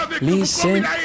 listen